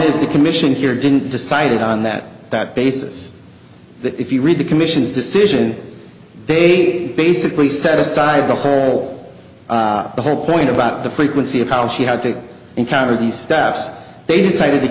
is the commission here didn't decided on that that basis that if you read the commission's decision they basically set aside the whole the whole point about the frequency of how she had to encounter the steps they cited t